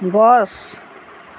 গছ